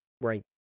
Right